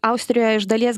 austrijoje iš dalies